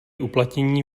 uplatnění